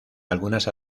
algunas